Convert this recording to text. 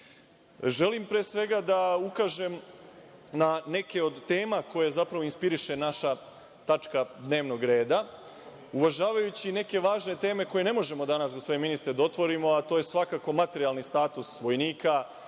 pre svega da ukažem na neke od tema koje zapravo inspiriše naša tačka dnevnog reda, uvažavajući neke važne teme koje ne možemo danas, gospodine ministre, da otvorimo, a to je svakako materijalni status vojnika